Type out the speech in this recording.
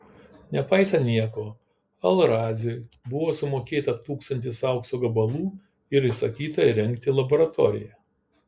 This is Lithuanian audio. nepaisant nieko al raziui buvo sumokėta tūkstantis aukso gabalų ir įsakyta įrengti laboratoriją